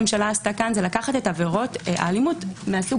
הממשלה לקחה כאן את עבירות האלימות מהסוג